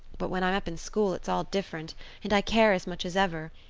but when i'm up in school it's all different and i care as much as ever.